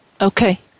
Okay